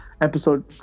episode